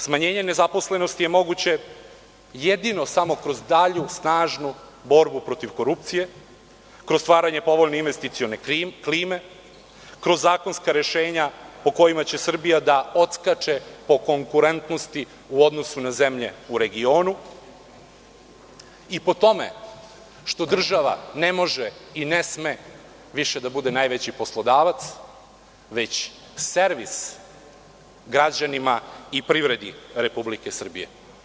Smanjenje nezaposlenosti je moguće jedino samo kroz dalju snažnu borbu protiv korupcije, kroz stvaranje povoljne investicione klime, kroz zakonska rešenja po kojima će Srbija da odskače po konkurentnosti u odnosu na zemlje u regionu i po tome što država ne može i ne sme više da bude najveći poslodavac, već servis građanima i privredi Republike Srbije.